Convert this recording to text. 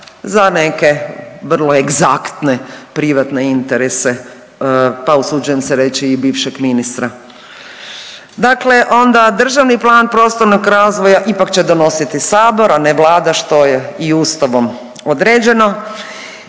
za neke vrlo egzaktne privatne interese, pa usuđujem se reći i bivšeg ministra. Dakle, onda državni plan prostornog razvoja ipak će donositi Sabor, a ne Vlada što je i Ustavom određeno.